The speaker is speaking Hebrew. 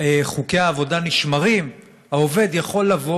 חוקי העבודה נשמרים העובד יכול לבוא